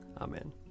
Amen